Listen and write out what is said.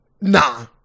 Nah